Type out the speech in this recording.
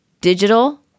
digital